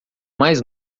mais